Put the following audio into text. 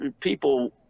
people